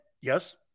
Yes